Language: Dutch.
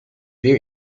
weer